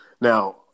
Now